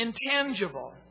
intangible